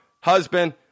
husband